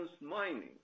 mining